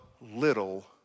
little